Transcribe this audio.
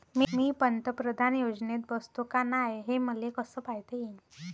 मी पंतप्रधान योजनेत बसतो का नाय, हे मले कस पायता येईन?